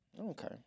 Okay